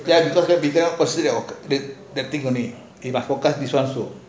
only but